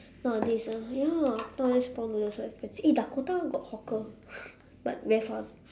nowadays ah ya nowadays prawn noodles so expensive eh dakota got hawker but very far